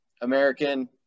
American